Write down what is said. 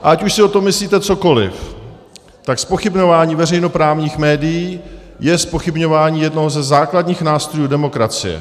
A ať už si o tom myslíte cokoliv, tak zpochybňování veřejnoprávních médií je zpochybňování jednoho ze základních nástrojů demokracie.